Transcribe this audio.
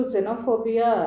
Xenophobia